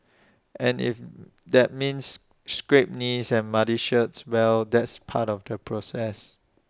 and if that means scraped knees and muddy shirts well that's part of the process